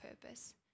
purpose